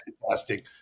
fantastic